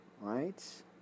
right